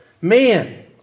man